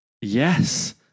Yes